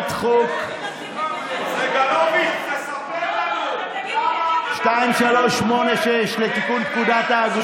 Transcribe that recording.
אתה צריך לעמוד לדין, אתה יודע?